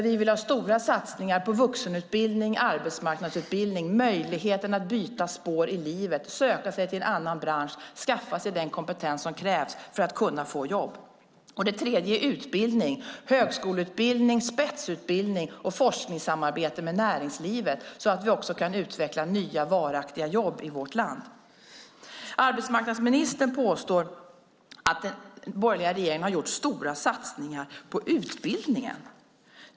Vi vill ha stora satsningar på vuxenutbildning och arbetsmarknadsutbildning. Det handlar om möjligheten att byta spår i livet, att söka sig till en annan bransch och att skaffa sig den kompetens som krävs för att man ska kunna få jobb. Det tredje handlar om högskoleutbildning, spetsutbildning och forskningssamarbete med näringslivet, så att vi också kan utveckla nya och varaktiga jobb i vårt land. Arbetsmarknadsministern påstår att den borgerliga regeringen har gjort stora satsningar på utbildningen.